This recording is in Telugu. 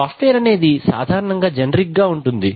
సాఫ్ట్ వేర్ అనేది సాధారణముగా జెనేరిక్ గా ఉంటుంది